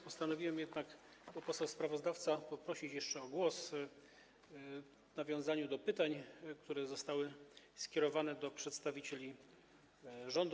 Postanowiłem jako poseł sprawozdawca poprosić jeszcze o głos i nawiązać do pytań, które zostały skierowane do przedstawicieli rządu.